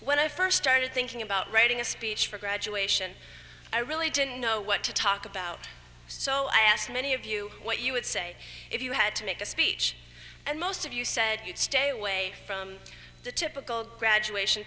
when i first started thinking about writing a speech for graduation i really didn't know what to talk about so i asked many of you what you would say if you had to make a speech and most of you said you'd stay away from the typical graduation